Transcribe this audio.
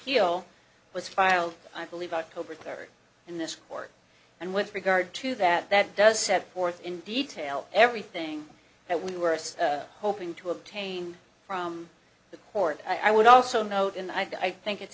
appeal was filed i believe october third in this court and with regard to that that does set forth in detail everything that we were hoping to obtain from the court i would also note and i think it's